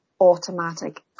automatic